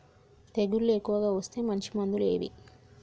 తెగులు ఎక్కువగా వస్తే మంచి మందులు ఏవి?